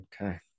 Okay